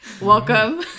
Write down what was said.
Welcome